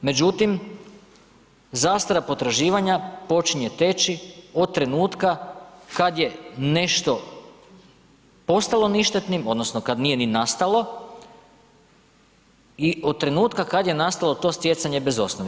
Međutim, zastara potraživanja počinje teći od trenutka kad je nešto postalo ništetnim, odnosno kad nije ni nastalo i od trenutka kad je nastalo to stjecanje bez osnove.